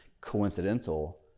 coincidental